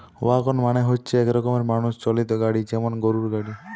wagon মানে হচ্ছে এক রকমের মানুষ চালিত গাড়ি যেমন গরুর গাড়ি